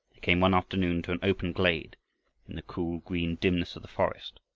they came one afternoon to an open glade in the cool green dimness of the forest.